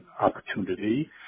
opportunity